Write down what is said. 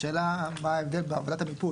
השאלה מה ההבדל בעבודת המיפוי?